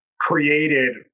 Created